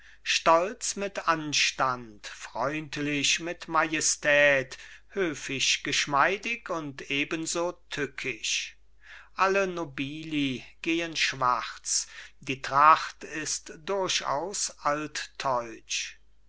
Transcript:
stolz mit anstand freundlich mit majestät höfisch geschmeidig und ebenso tückisch alle nobili gehen schwarz die tracht ist durchaus altteutsch